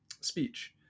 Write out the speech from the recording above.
speech